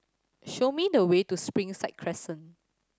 show me the way to Springside Crescent